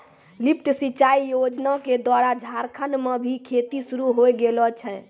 lift सिंचाई योजना क द्वारा झारखंड म भी खेती शुरू होय गेलो छै